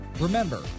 Remember